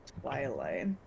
twilight